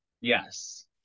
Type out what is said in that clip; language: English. Yes